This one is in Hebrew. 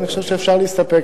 ואני חושב שאפשר להסתפק,